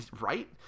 right